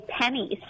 pennies